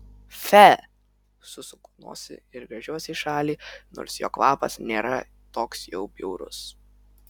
fe susuku nosį ir gręžiuosi į šalį nors jo kvapas nėra toks jau bjaurus